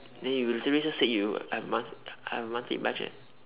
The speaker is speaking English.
then you literally just said you have a month have a monthly budget